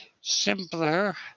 simpler